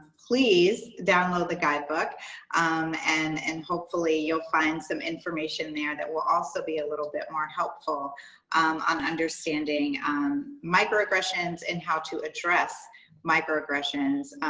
please download the guidebook and and hopefully you'll find some information there that will also be a little bit more helpful on understanding microaggressions microaggressions and how to address microaggressions.